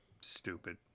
stupid